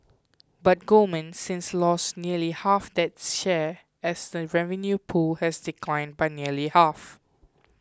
but Goldman since lost nearly half that share as the revenue pool has declined by nearly half